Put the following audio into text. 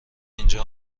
اینجا